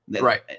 Right